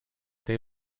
they